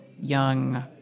young